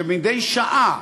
כשמדי שעה,